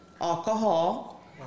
alcohol